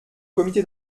comité